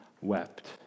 wept